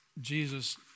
Jesus